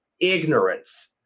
ignorance